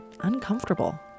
uncomfortable